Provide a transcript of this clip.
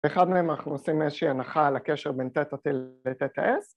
‫ואחד מהם אנחנו עושים איזושהי הנחה ‫על הקשר בין תטא-T לתטא-S.